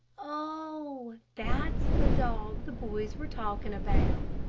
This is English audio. oh, that's the dog the boys were talking about,